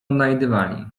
odnajdywali